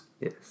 Yes